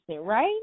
right